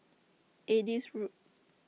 Adis Road